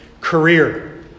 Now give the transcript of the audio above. career